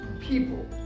people